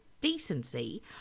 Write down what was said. decency